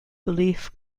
belief